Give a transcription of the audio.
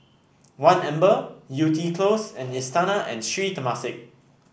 One Amber Yew Tee Close and Istana and Sri Temasek